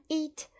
eat